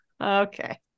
Okay